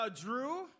Drew